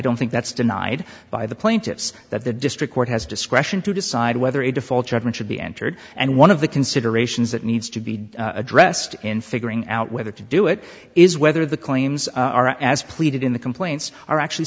don't think that's denied by the plaintiffs that the district court has discretion to decide whether a default judgment should be entered and one of the considerations that needs to be addressed in figuring out whether to do it is is whether the claims are as pleaded in the complaints are actually